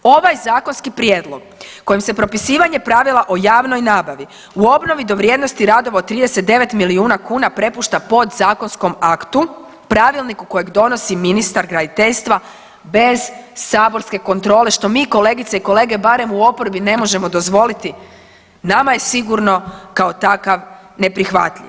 Ovaj zakonski prijedlog kojim se propisivanje pravila o javnoj nabavi u obnovi do vrijednosti radova od 39 milijuna kuna prepušta podzakonskom aktu, pravilniku kojeg donosi ministar graditeljstva bez saborske kontrole, što mi kolegice i kolege barem u oporbi ne možemo dozvoliti, nama je sigurno kao takav neprihvatljiv.